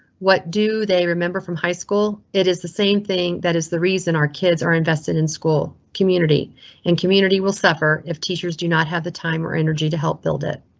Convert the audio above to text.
what do they remember from high school? it is the same thing that is the reason our kids are invested in school, community and community will suffer. if teachers do not have the time or energy to help build it.